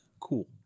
cool